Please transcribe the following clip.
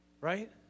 Right